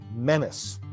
menace